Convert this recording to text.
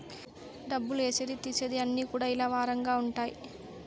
డబ్బులు ఏసేది తీసేది అన్ని కూడా ఇలా వారంగా ఉంటాయి